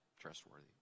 trustworthy